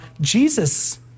Jesus